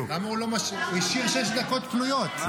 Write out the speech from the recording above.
הוא השאיר שש דקות פנויות.